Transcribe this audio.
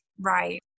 right